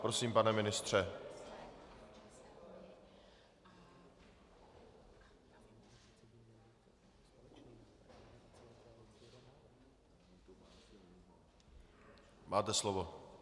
Prosím, pane ministře, máte slovo.